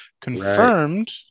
Confirmed